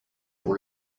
pour